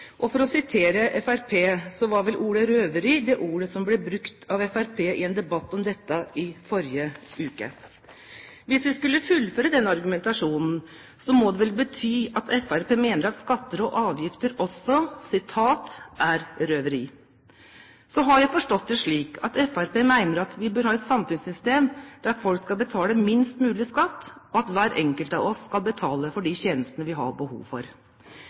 på. For å sitere Fremskrittspartiet, så var vel ordet «røveri» det ordet som ble brukt av Fremskrittspartiet i en debatt om dette i forrige uke. Hvis vi skulle fullføre den argumentasjonen, må det vel bety at Fremskrittspartiet mener at skatter og avgifter også er «røveri». Så har jeg forstått det slik at Fremskrittspartiet mener at vi bør ha et samfunnssystem der folk skal betale minst mulig skatt, og at hver enkelt av oss skal betale for de tjenestene vi har behov for.